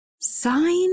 Sign